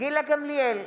גילה גמליאל,